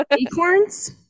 Acorns